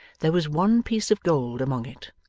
there was one piece of gold among it,